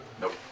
Nope